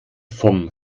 vom